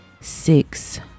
six